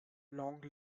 long